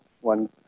one